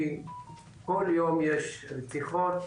כי כל יום יש מקרי רצח בחברה הערבית,